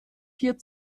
vier